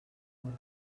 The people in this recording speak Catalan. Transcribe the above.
ordre